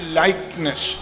likeness